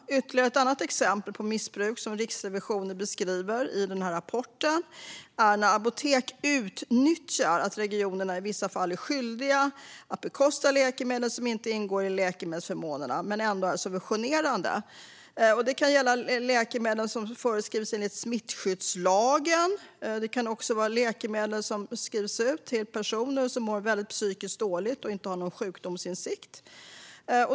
Ytterligare ett exempel på missbruk som Riksrevisionen beskriver i rapporten är när apotek utnyttjar att regionerna i vissa fall är skyldiga att bekosta läkemedel som inte ingår i läkemedelsförmånerna men ändå är subventionerade. Det kan gälla läkemedel som förskrivs enligt smittskyddslagen och läkemedel som skrivs ut till personer som mår psykiskt väldigt dåligt och saknar sjukdomsinsikt.